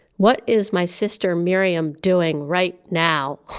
what is my sister miriam doing right now?